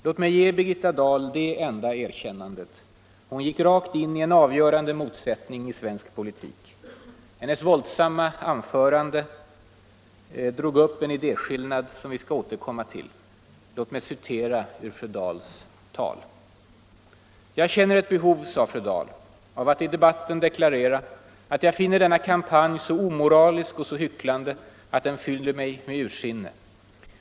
Låt mig ge Birgitta Dahl det enda erkännandet: hon gick rakt in i en avgörande motsättning i svensk politik. Hennes våldsamma anförande drog upp en idéskillnad som vi skall återkomma till. Låt mig citera ur fru Dahls tal: ”Jag känner däremot ett behov av att i debatten deklarera att jag finner denna kampanj så omoralisk och så hycklande att den fyller mig med ursinne.